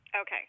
Okay